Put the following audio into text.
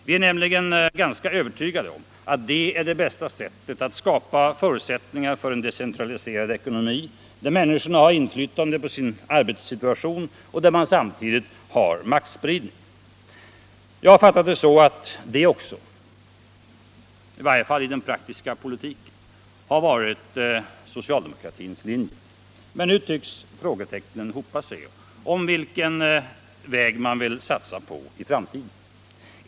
Vi är nämligen ganska övertygade om att det är det bästa sättet att skapa förutsättningar för en decentraliserad ekonomi, där människorna har inflytande på sin arbetssituation och där man samtidigt har maktspridning. Jag har fattat det så att detta tidigare också, i varje fall i den praktiska politiken, har varit socialdemokratins linje. Nu tycks dock frågetecknen hopa sig om vad man vill satsa på i en framtid.